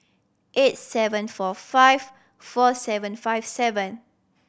eight seven four five four seven five seven